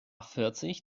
vierzig